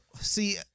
See